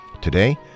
Today